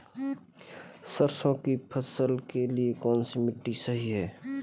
सरसों की फसल के लिए कौनसी मिट्टी सही हैं?